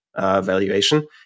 valuation